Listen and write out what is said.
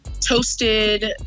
toasted